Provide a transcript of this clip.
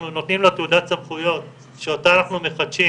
אנחנו נותנים לו תעודת סמכויות שאותה אנחנו מחדשים